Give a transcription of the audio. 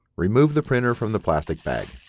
remove the printer from the plastic bag.